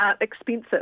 Expensive